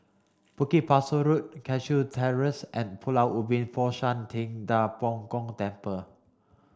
Bukit Pasoh Road Cashew Terrace and Pulau Ubin Fo Shan Ting Da Bo Gong Temple